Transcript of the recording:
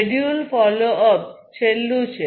schedule follow up છેલ્લું છે